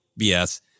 BS